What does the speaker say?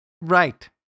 Right